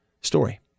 story